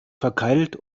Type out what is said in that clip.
verkeilt